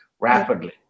rapidly